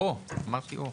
אמרתי "או".